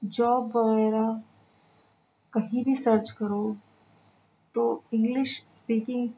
job وغیرہ کہیں بھی سرچ کرو تو انگلش اسپیکنگ